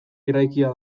eraikia